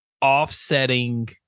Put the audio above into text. offsetting